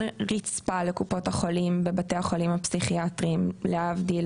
רצפה לקופות החולים בבתי החולים הפסיכיאטרים להבדיל